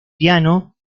piano